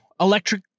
electric